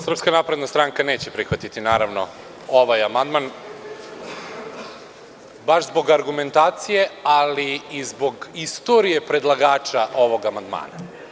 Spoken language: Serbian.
Srpska napredna stranka neće prihvatiti, naravno, ovaj amandman, baš zbog argumentacije, ali i zbog istorije predlagača ovog amandmana.